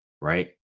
right